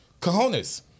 cojones